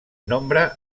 nombre